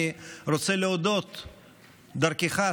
אני רוצה להודות דרכך,